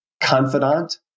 Confidant